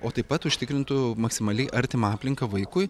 o taip pat užtikrintų maksimaliai artimą aplinką vaikui